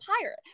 pirate